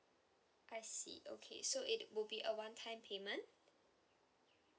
I see okay so it will be a one-time payment